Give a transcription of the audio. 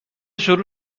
شروع